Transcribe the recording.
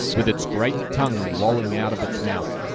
with its great tongue lolling out of its mouth.